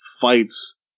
Fights